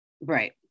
Right